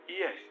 Yes